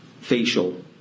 facial